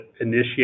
initiate